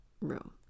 room